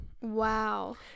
Wow